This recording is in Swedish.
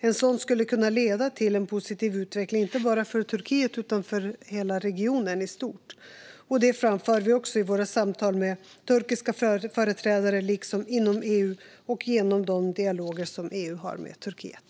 En sådan skulle kunna leda till en positiv utveckling, inte bara för Turkiet utan för regionen i stort. Det framför vi också i våra samtal med turkiska företrädare, liksom inom EU och genom de dialoger EU har med Turkiet.